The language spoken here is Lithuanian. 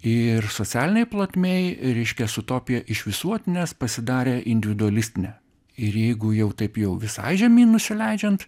ir socialinėj plotmėj reiškias utopija iš visuotinės pasidarė individualistinė ir jeigu jau taip jau visai žemyn nusileidžiant